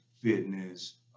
fitness